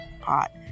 pot